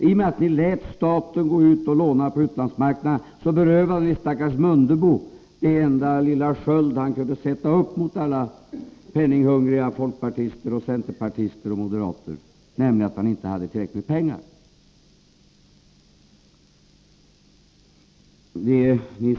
I och med att ni lät staten gå ut och låna på utlandsmarknaden berövade ni stackars Mundebo den enda lilla sköld han kunde sätta upp mot alla penninghungriga folkpartister, centerpartister och moderater, nämligen att han inte hade tillräckligt med pengar.